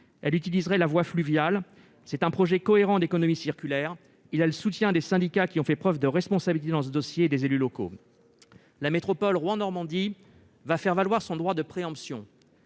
Elle utilise la voie fluviale et constitue un projet cohérent d'économie circulaire. Elle a le soutien des syndicats, qui ont fait preuve de responsabilité dans ce dossier, et des élus locaux. La métropole Rouen Normandie entend faire valoir son droit de préemption.